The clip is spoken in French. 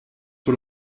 sur